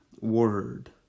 word